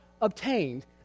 obtained